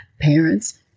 parents